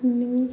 இன்னும்